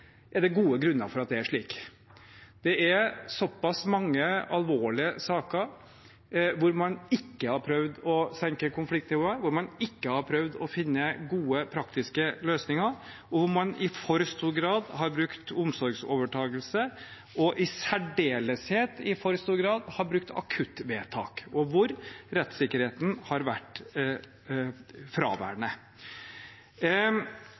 er det gode grunner til at det er slik. Det er såpass mange alvorlige saker hvor man ikke har prøvd å senke konfliktnivået, hvor man ikke har prøvd å finne gode, praktiske løsninger, hvor man i for stor grad har brukt omsorgsovertakelse, og i særdeleshet i for stor grad har brukt akuttvedtak, og hvor rettssikkerheten har vært